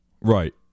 Right